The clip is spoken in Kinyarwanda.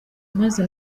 maze